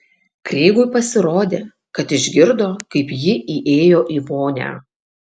kreigui pasirodė kad išgirdo kaip ji įėjo į vonią